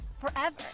forever